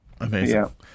Amazing